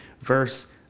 verse